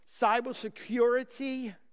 cybersecurity